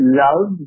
love